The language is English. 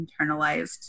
internalized